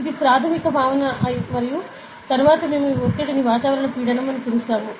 ఇది చాలా ప్రాథమిక భావన మరియు తరువాత మేము ఈ ఒత్తిడిని వాతావరణ పీడనం అని పిలుస్తాము